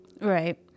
right